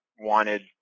wanted